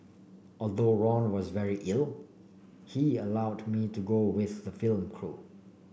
although Ron was very ill he allowed me to go with the film crew